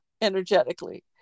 energetically